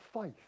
faith